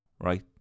right